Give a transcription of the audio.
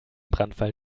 brandfall